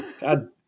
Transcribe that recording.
God